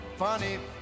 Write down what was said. Funny